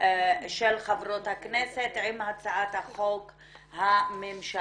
של חברות הכנסת עם הצעת החוק הממשלתית.